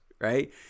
right